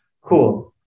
Cool